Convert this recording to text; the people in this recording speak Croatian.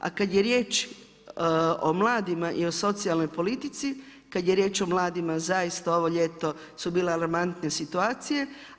A kad je riječ o mladima i o socijalnoj politici, kad je riječ o mladima zaista ovo ljeto su bile alarmantne situacije.